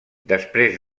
després